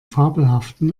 fabelhaften